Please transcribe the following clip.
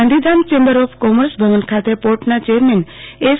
Gandhidham chamber of commerce ભવન ખાતે પોર્ટના ચેરમેન એસ